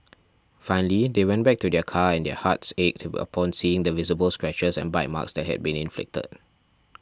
finally they went back to their car and their hearts ached upon seeing the visible scratches and bite marks that had been inflicted